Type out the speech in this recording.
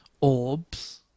orbs